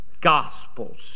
Gospels